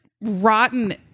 rotten